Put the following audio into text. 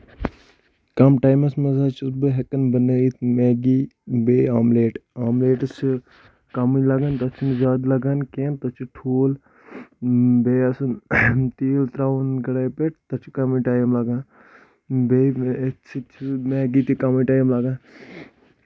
کَم ٹایَمَس منٛز حظ چھُس بہٕ ہکان بَنٲیِتھ میگی بیٚیہِ اوملیٹ اوملیٹَس چھِ کَمے لگن تَتھ چھُ نہٕ زیادٕ لگان کیٚنٛہہ تَتھ چھُ ٹھوٗل بیٚیہِ آسان تیٖل تراوُن کڑائی پٮ۪ٹھ تَتھ چھُ کَمے ٹایم لگان بیٚیہِ أتھۍ سۭتۍ چھ میگی تہِ کَمے ٹایم لگان